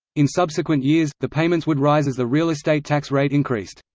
in subsequent years, the payments would rise as the real estate tax rate increased.